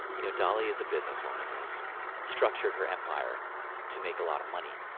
you know, dolly is a businesswoman and has structured her empire to make a lot of money.